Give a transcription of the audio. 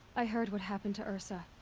i heard what happened to ersa.